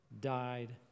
died